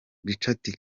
richard